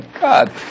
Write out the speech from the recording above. God